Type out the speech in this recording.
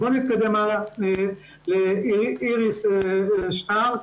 בתשובה לשאלתה של איריס שטרק,